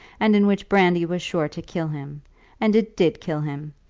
and in which brandy was sure to kill him and it did kill him.